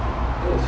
oh is